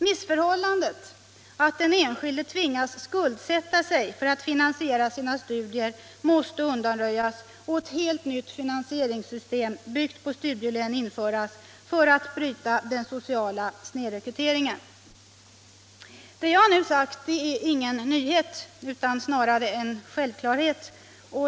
Missförhållandet att den enskilde tvingas skuldsätta sig för att finansiera sina studier måste undanröjas och ett helt nytt finansieringssystem, byggt på studielön, införas för att man skall kunna bryta den sociala snedrekryteringen. Det som nu sagts är ingen nyhet utan snarare en självklarhet.